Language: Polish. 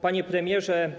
Panie Premierze!